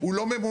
הוא לא ממומש,